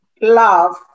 love